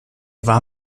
war